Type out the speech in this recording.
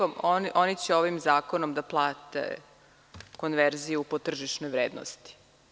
Oni će ovim zakonom da plate konverziju po tržišnoj vrednosti.